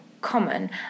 common